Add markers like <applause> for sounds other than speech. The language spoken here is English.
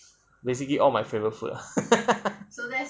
basically all my favorite food ah <laughs>